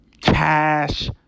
cash